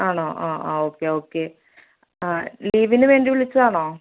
ആണോ ആ ആ ഓക്കെ ഓക്കെ ആ ലീവിന് വേണ്ടി വിളിച്ചതാണോ